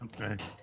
Okay